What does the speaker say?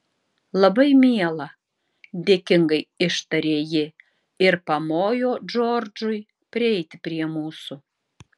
labai miela dėkingai ištarė ji ir pamojo džordžui prieiti prie mūsų